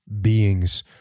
beings